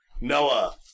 Noah